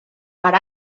per